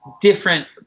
different